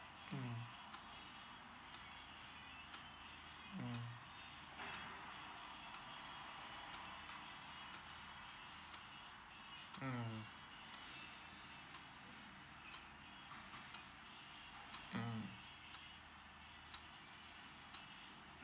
mm mm mm